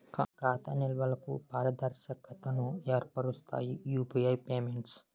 ఖాతా నిల్వలకు పారదర్శకతను ఏర్పరుస్తాయి యూపీఐ పేమెంట్స్